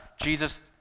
Jesus